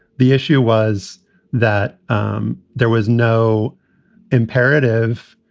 the issue was that um there was no imperative,